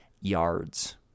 yards